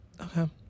Okay